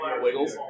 Wiggles